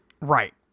Right